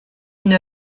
une